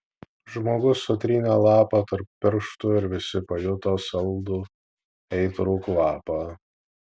žmogus sutrynė lapą tarp pirštų ir visi pajuto saldų aitrų kvapą